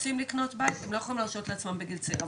רוצים לקנות בית והם לא יכולים להרשות לעצמם בגיל צעיר.